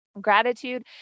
gratitude